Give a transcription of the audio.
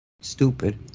stupid